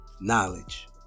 knowledge